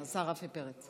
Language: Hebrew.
הופה.